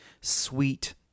sweet